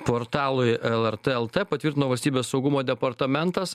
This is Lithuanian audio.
portalui lrt lt patvirtino valstybės saugumo departamentas